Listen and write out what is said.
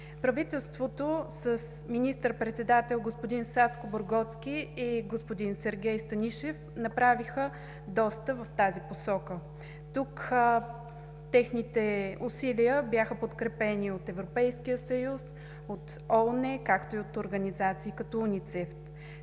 Правителствата с министър-председатели господин Сакскобургготски и господин Сергей Станишев направиха доста в тази насока. Тук техните усилия бяха подкрепени от Европейския съюз, от ООН, както и от организации като УНИЦЕФ.